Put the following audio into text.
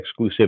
Exclusivity